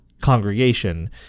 congregation